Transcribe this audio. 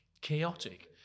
chaotic